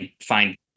find